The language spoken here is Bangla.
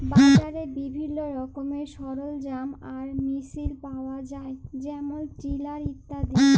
বাজারে বিভিল্ল্য রকমের সরলজাম আর মেসিল পাউয়া যায় যেমল টিলার ইত্যাদি